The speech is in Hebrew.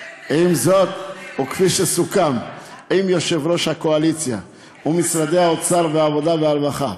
וכפי שסוכם עם יושב-ראש הקואליציה ומשרדי האוצר והעבודה והרווחה,